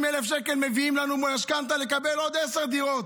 150,000 שקל מביאים לנו משכנתה לקבל עוד עשר דירות.